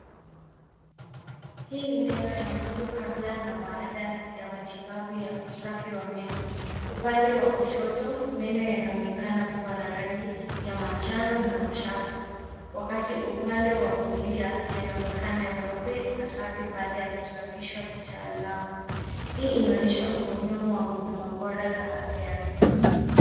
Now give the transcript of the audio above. Hii ni meno ya mtu kabla na baada ya matibabu ya usafi wa meno upande wa kushoto meno yanaonekana kua na rangi ya manjano na uchafu wakati upande wa kulia yanaonekana meupe na safi baada ya kusafishwa kitaalamu hii inaonyesha umuhimu wa huduma bora za afya ya meno.